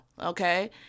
okay